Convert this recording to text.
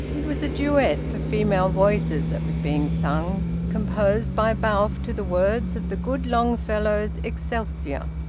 it was a duet for female voices that was being sung, composed by balfe to the words of the good longfellow's excelsior.